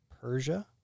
Persia